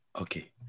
okay